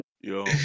yo